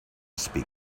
speak